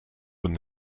when